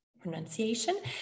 pronunciation